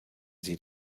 sie